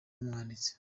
n’umwanditsi